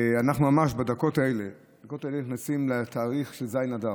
אנחנו ממש בדקות האלה נכנסים לתאריך של ז' באדר,